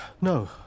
no